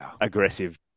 aggressive